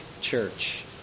church